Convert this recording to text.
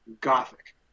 Gothic